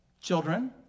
Children